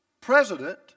president